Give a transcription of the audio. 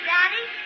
Daddy